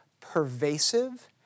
pervasive